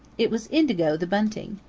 it was indigo the bunting.